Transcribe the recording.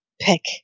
pick